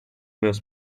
meus